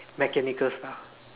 mechanical stuff